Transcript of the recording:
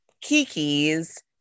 kiki's